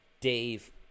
Dave